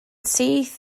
syth